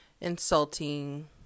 insulting